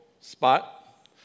spot